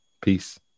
Peace